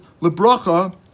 lebracha